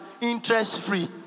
interest-free